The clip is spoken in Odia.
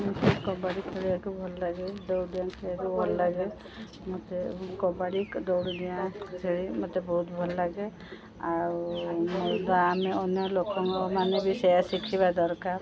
ମୋତେ କବାଡ଼ି ଖେଳିବାକୁ ଭଲ ଲାଗେ ଦୌଡ଼ିଡ଼ିଆଁ ଖେଳିବାକୁ ଭଲ ଲାଗେ ମୋତେ କବାଡ଼ି ଦୌଡ଼ିଡ଼ିଆଁ ଖେଳି ମୋତେ ବହୁତ ଭଲ ଲାଗେ ଆଉ ଆମେ ଅନ୍ୟ ଲୋକମାନେେ ବି ସେଆ ଶିଖିବା ଦରକାର